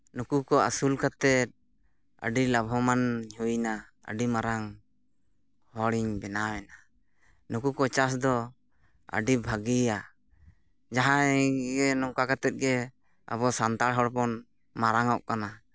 ᱱᱩᱠᱩ ᱠᱚ ᱟᱹᱥᱩᱞ ᱠᱟᱛᱮᱫ ᱟᱹᱰᱤ ᱞᱟᱵᱷᱚᱢᱟᱱ ᱤᱧ ᱦᱩᱭ ᱮᱱᱟ ᱟᱹᱰᱤ ᱢᱟᱨᱟᱝ ᱦᱚᱲᱤᱧ ᱵᱮᱱᱟᱣ ᱮᱱᱟ ᱱᱩᱠᱩ ᱠᱚ ᱪᱟᱥᱫᱚ ᱟᱹᱰᱤ ᱵᱷᱟᱹᱜᱤᱭᱟ ᱡᱟᱦᱟᱸᱭ ᱜᱮ ᱱᱚᱝᱠᱟ ᱠᱟᱛᱮᱫ ᱜᱮ ᱟᱵᱚ ᱥᱟᱱᱛᱟᱲ ᱦᱚᱲᱵᱚᱱ ᱢᱟᱨᱟᱝ ᱚᱜ ᱠᱟᱱᱟ